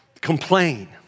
Complain